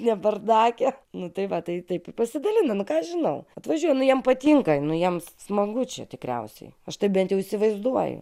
ne bardake nu tai va tai taip pasidalina nu ką aš žinau atvažiuoja nu jiem patinka nu jiem smagu čia tikriausiai aš tai bent jau įsivaizduoju